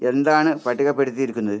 എന്താണ് പട്ടികപ്പടി തീർക്കുന്നത്